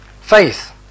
faith